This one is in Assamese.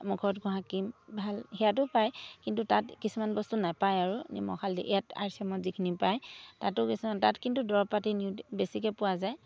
মুখত ঘঁহা কীম ভাল সেয়াতো পায় কিন্তু তাত কিছুমান বস্তু নাপায় আৰু নিমখ হালধি ইয়াত আৰ চি এমত যিখিনি পায় তাতো কিছুমান তাত কিন্তু দৰব পাতি বেছিকৈ পোৱা যায়